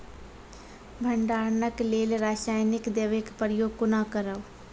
भंडारणक लेल रासायनिक दवेक प्रयोग कुना करव?